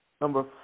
Number